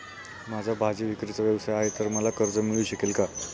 माझा भाजीविक्रीचा व्यवसाय आहे तर मला कर्ज मिळू शकेल का?